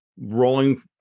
rolling